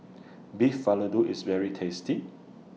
Beef Vindaloo IS very tasty